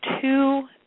two